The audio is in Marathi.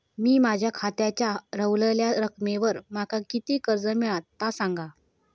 मी माझ्या खात्याच्या ऱ्हवलेल्या रकमेवर माका किती कर्ज मिळात ता सांगा?